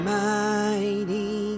mighty